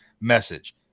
message